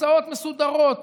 הסעות מסודרות,